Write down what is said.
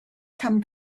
come